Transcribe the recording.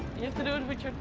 you have to do it with your.